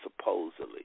supposedly